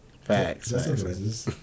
Facts